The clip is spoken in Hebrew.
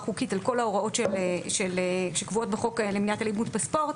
חוקית ,על כל ההוראות שקבועות בחוק למניעת אלימות בספורט,